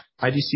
IDC